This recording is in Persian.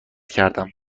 کردم